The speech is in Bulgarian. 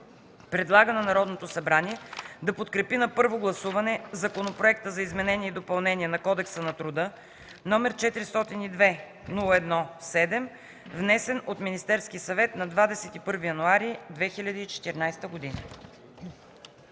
Предлага на Народното събрание да подкрепи на първо гласуване Законопроект за изменение и допълнение на Кодекса на труда, № 402-01-7, внесен от Министерския съвет на 21 януари 2014 г.”